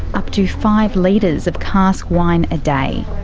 up to five litres of cask wine a day.